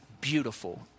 beautiful